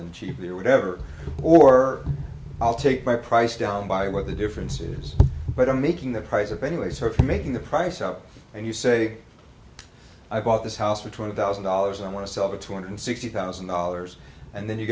and cheaply or whatever or i'll take my price down by where the difference is but i'm making the price up anyway so if you're making the price up and you say i bought this house for twenty thousand dollars i want to sell for two hundred sixty thousand dollars and then you